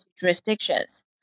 jurisdictions